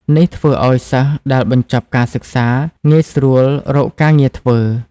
នេះធ្វើឱ្យសិស្សដែលបញ្ចប់ការសិក្សាងាយស្រួលរកការងារធ្វើ។